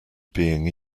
being